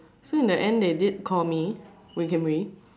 so in the end they did call me Wee-Kim-Wee